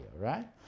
right